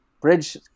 bridge